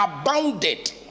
abounded